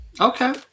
Okay